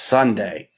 Sunday